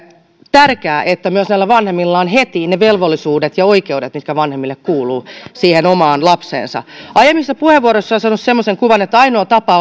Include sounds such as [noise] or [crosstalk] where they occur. tärkeää että myös näillä vanhemmilla on heti ne velvollisuudet ja oikeudet mitkä vanhemmille kuuluvat liittyen siihen omaan lapseensa aiemmista puheenvuoroista on saanut semmoisen kuvan että ainoa tapa [unintelligible]